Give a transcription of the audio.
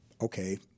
Okay